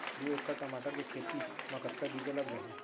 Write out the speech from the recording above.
दू एकड़ टमाटर के खेती मा कतका बीजा लग जाही?